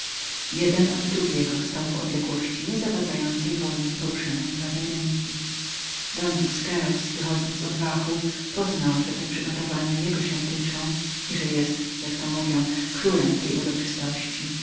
jeden od drugiego stał w odległości nie zawadzającej wolnym poruszeniom prawej ręki don busqueros wychodząc z odwachu poznał że te przygotowania jego się dotyczyły i że był jak to mówią królem tej uroczystości